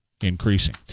increasing